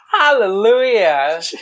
Hallelujah